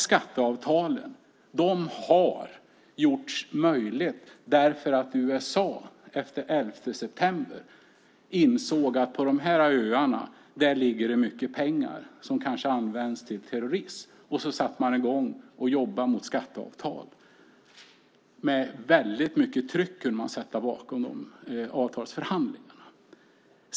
Skatteavtalen har blivit möjliga därför att USA efter 11 september insåg att på de öarna finns mycket pengar som kanske används till terrorism. Så satte man i gång att jobba för skatteavtal. Det sattes mycket tryck bakom avtalsförhandlingarna.